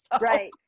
Right